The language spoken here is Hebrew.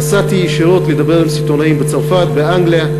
נסעתי ישירות לדבר עם סיטונאים בצרפת, באנגליה.